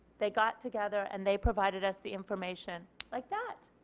they got together and they provided us the information like that.